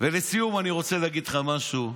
ולסיום אני רוצה להגיד לך משהו,